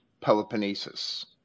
Peloponnesus